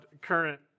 current